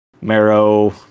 Marrow